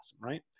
right